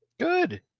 Good